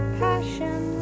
passion